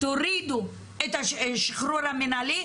תורידו את השחרור המינהלי,